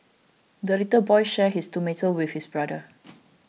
the little boy shared his tomato with his brother